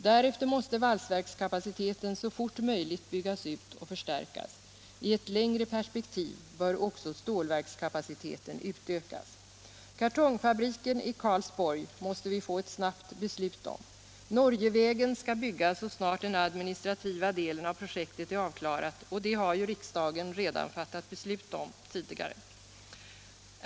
Därefter måste valsverkskapaciteten så fort som möjligt byggas ut och förstärkas. I ett längre perspektiv bör också stålverkskapaciteten utökas. Kartongfabriken i Karlsborg måste vi få ett snabbt beslut om. Norgevägen skall byggas så snart den administrativa delen av projektet är avklarad, och det har ju riksdagen redan tidigare fattat beslut om.